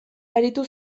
aritu